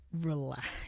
relax